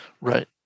Right